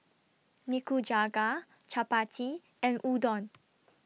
Nikujaga Chapati and Udon